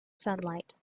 sunlight